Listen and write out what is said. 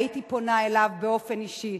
הייתי פונה אליו באופן אישי.